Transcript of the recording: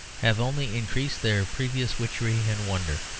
have only increased their previous witchery and wonder.